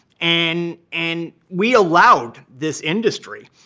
and and we allowed this industry,